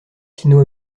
sino